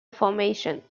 formation